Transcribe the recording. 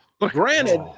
Granted